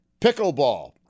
Pickleball